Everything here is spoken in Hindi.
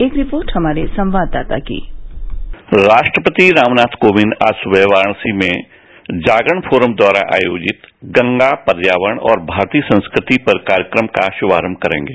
एक रिपोर्ट हमारे संवाददाता की राष्ट्रपति रामनाथ कोविंद आज सुबह वाराणसी में जागरण फोरम द्वारा आयोजित गंगा पर्यावरण और भारतीय संस्कृति विषय पर कार्यक्रम का शुभारम्भ करेंगे